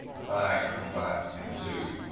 if i come back into